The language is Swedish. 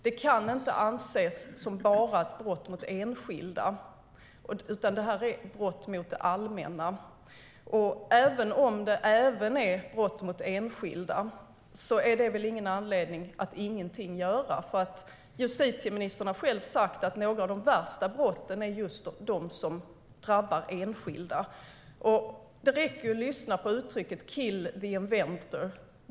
Det kan inte anses vara bara ett brott mot enskilda, utan detta är brott mot det allmänna. Även om det är brott mot enskilda finns det väl ingen anledning att göra ingenting. Justitieministern har själv sagt att några av de värsta brotten är just de som drabbar enskilda. Det räcker med att lyssna på uttrycket "kill the inventor".